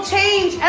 Change